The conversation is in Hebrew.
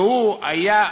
והוא היה,